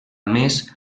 més